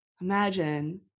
imagine